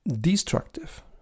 destructive